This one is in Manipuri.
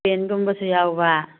ꯄꯦꯟꯒꯨꯝꯕꯁꯨ ꯌꯥꯎꯕ